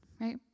Right